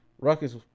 Ruckus